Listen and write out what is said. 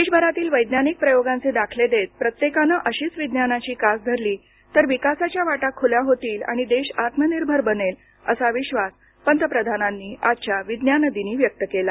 देशभरातील वैज्ञानिक प्रयोगांचे दाखले देत प्रत्येकानं अशीच विज्ञानाची कास धरली तर विकासाच्या वाटा खुल्या होतील आणि देश आत्मनिर्भर बनेल असा विश्वास पंतप्रधानांनी आजच्या विज्ञानदिनी व्यक्त केला